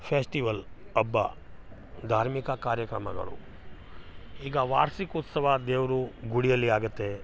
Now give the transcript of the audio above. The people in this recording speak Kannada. ಫೆಸ್ಟಿವಲ್ ಹಬ್ಬ ಧಾರ್ಮಿಕ ಕಾರ್ಯಕ್ರಮಗಳು ಈಗ ವಾರ್ಷಿಕೋತ್ಸವ ದೇವರು ಗುಡಿಯಲ್ಲಿ ಆಗುತ್ತೆ